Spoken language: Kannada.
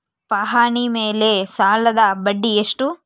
ಪಹಣಿ ಮೇಲೆ ಸಾಲದ ಬಡ್ಡಿ ಎಷ್ಟು?